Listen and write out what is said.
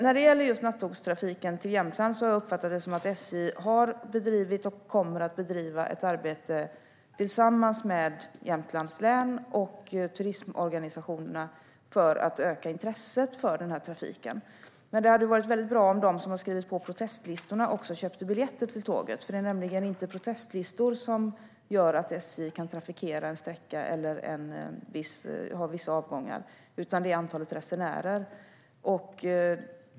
När det gäller just nattågstrafiken till Jämtland har jag uppfattat det som att SJ har bedrivit och kommer att bedriva ett arbete tillsammans med Jämtlands län och turistorganisationerna för att öka intresset för denna trafik. Det hade varit bra om de som har skrivit på protestlistorna också köpte biljetter till tåget. Det är nämligen inte protestlistor som gör att SJ kan trafikera en sträcka eller ha vissa avgångar, utan det är antalet resenärer.